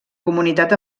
comunitat